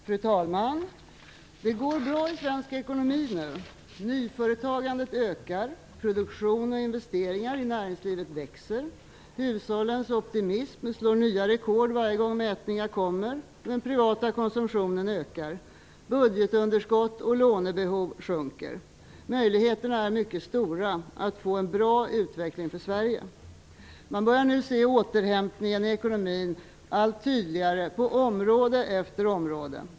Fru talman! Det går bra i svensk ekonomi nu. Nyföretagandet ökar. Produktionen och investeringarna i näringslivet växer. Hushållens optimism slår nya rekord varje gång mätningar görs, och den privata konsumtionen ökar. Budgetunderskottet och lånebehovet sjunker. Möjligheterna är mycket stora att få en bra utveckling för Sverige. Man börjar nu se återhämtningen i ekonomin allt tydligare på område efter område.